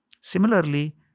Similarly